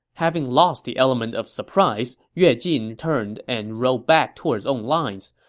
having lost the element of surprise, yue jin turned and rode back toward his own lines.